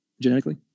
genetically